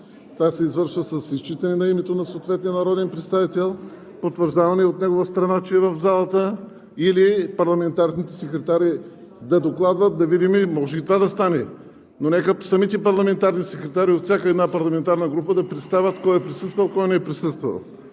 Тя се извършва с изчитане на името на съответния народен представител, с потвърждаване от негова страна, че е в залата или парламентарните секретари да докладват... (Реплики.) Да видим, може и това да стане, но нека самите парламентарни секретари от всяка парламентарна група да представят кой е присъствал, кой не е присъствал.